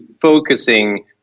focusing